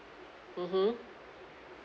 mmhmm